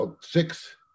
six